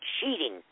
cheating